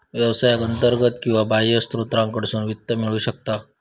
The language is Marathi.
व्यवसायाक अंतर्गत किंवा बाह्य स्त्रोतांकडसून वित्त मिळू शकता